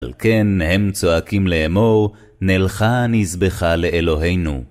על כן הם צועקים לאמור, נלכה נזבחה לאלוהינו.